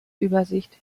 übersicht